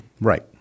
Right